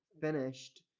finished